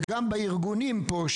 וגם בארגונים פה,